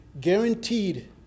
guaranteed